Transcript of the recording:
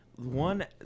One